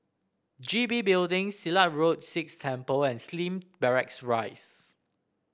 G B Building Silat Road Sikh Temple and Slim Barracks Rise